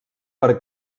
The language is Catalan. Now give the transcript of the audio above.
per